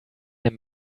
eine